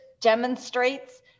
demonstrates